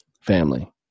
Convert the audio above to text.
family